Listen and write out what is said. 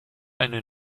eine